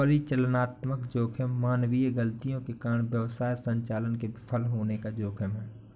परिचालनात्मक जोखिम मानवीय गलतियों के कारण व्यवसाय संचालन के विफल होने का जोखिम है